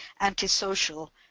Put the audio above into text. antisocial